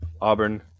Auburn